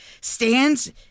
stands